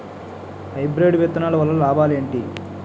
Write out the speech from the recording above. Hybrid విత్తనాలు వల్ల లాభాలు ఏంటి?